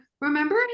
remember